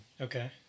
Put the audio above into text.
Okay